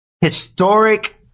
historic